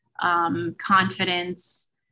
confidence